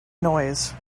noise